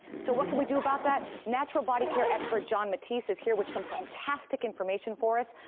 so what can we do about that? natural body care expert, john matise, is here with some fantastic information for us.